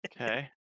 okay